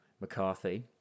McCarthy